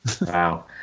Wow